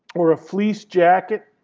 or a fleece jacket,